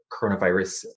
coronavirus